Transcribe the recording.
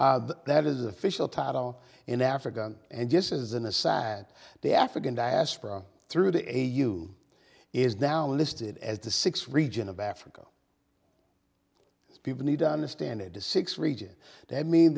issue that is official title in africa and just as an aside the african diaspora through the aid you is now listed as the six region of africa people need to understand it to six region that i mean